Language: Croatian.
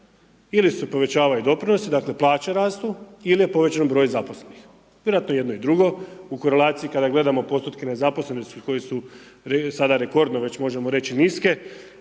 Ili se povećavaju doprinosi, dakle, plaće rastu ili je povećan broj zaposlenih, vjerojatno i jedno i drugo, u korelaciji kada gledamo postotke nezaposlene, koji su sada rekordno, možemo reći niske,